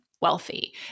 wealthy